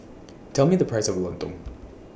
Tell Me The Price of Lontong